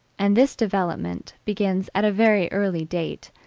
and this development begins at a very early date,